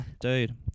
Dude